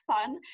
fun